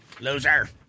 Loser